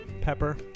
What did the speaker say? Pepper